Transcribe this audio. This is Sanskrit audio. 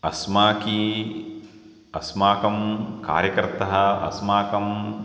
अस्माकं अस्माकं कार्यकर्तः अस्माकं